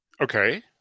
okay